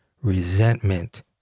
resentment